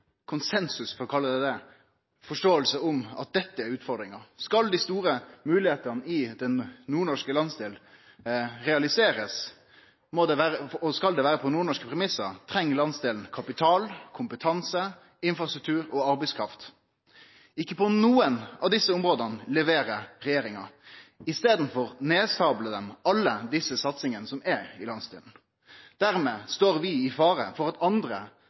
konsensus om – for å kalle det det – ei forståing av at dette er utfordringa. Skal dei store moglegheitene i den nordnorske landsdelen bli realiserte på nordnorske premissar, treng landsdelen kapital, kompetanse, infrastruktur og arbeidskraft. Ikkje på nokre av desse områda leverer regjeringa. I staden nedsablar dei alle desse satsingane som er i landsdelen. Dermed står vi i fare for at det er andre